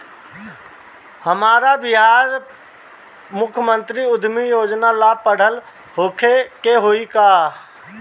हमरा बिहार मुख्यमंत्री उद्यमी योजना ला पढ़ल होखे के होई का?